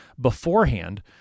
beforehand